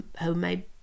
homemade